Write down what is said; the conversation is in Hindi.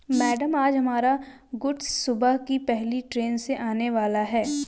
मैडम आज हमारा गुड्स सुबह की पहली ट्रैन से आने वाला है